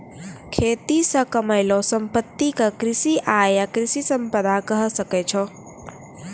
खेती से कमैलो संपत्ति क कृषि आय या कृषि संपदा कहे सकै छो